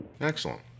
Excellent